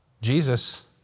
Jesus